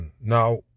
Now